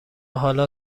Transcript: حالا